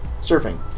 surfing